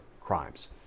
crimes